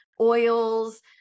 oils